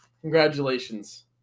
Congratulations